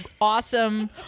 awesome